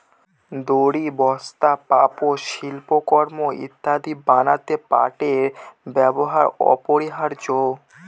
দড়ি, বস্তা, পাপোষ, শিল্পকর্ম ইত্যাদি বানাতে পাটের ব্যবহার অপরিহার্য